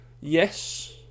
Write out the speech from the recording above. Yes